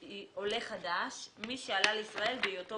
היא: " "עולה חדש" מי שעלה לישראל בהיותו